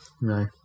No